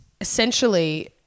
essentially